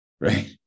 right